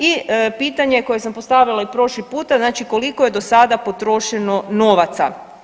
I pitanje koje sam postavila i prošli puta znači koliko je do sada potrošeno novaca?